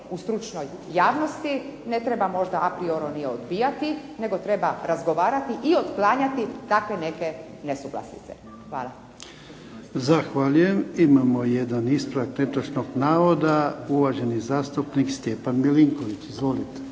u stručnost javnosti ne treba možda a apriorno odbijati nego treba razgovarati i otklanjati takve neke nesuglasice. Hvala. **Jarnjak, Ivan (HDZ)** Zahvaljujem. Imamo jedan ispravak netočnoga navoda, uvaženi zastupnik Stjepan MIlinković. Izvolite.